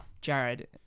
Jared